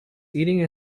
eating